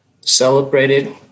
celebrated